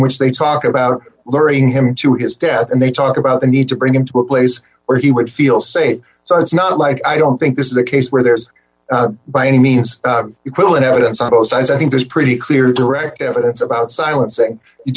which they talk about lowering him to his death and they talk about the need to bring him to a place where he would feel safe so it's not like i don't think this is a case where there's by any means equivalent evidence on both sides i think there's pretty clear direct evidence about silencing you